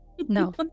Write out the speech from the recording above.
no